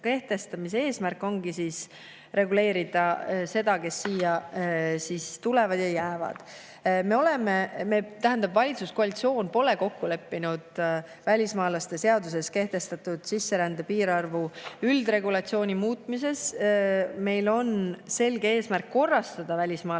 eesmärk ongi reguleerida seda, kes siia tulevad ja [kes siia] jäävad. Valitsuskoalitsioon pole kokku leppinud välismaalaste seaduses kehtestatud sisserände piirarvu üldregulatsiooni muutmises. Meil on selge eesmärk korrastada välismaalaste